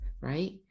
right